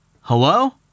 Hello